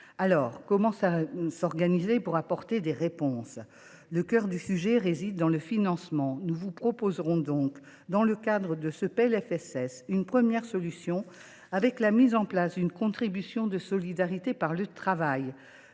Aussi, comment s’organiser pour apporter ces réponses ? Le cœur du sujet réside dans le financement. Nous vous proposerons, dans le cadre de ce PLFSS, une première solution avec la mise en place d’une « contribution de solidarité par le travail